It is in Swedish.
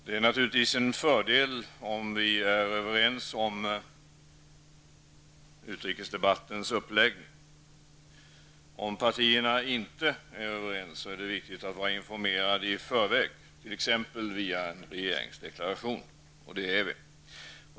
Det är naturligtvis en fördel om vi är överens om utrikesdebattens uppläggning. Om partierna inte är överens är det viktigt att vara informerad i förväg t.ex. via en regeringsdeklaration, och det är vi.